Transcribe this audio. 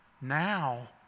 Now